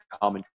common